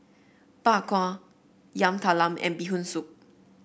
Bak Kwa Yam Talam and Bee Hoon Soup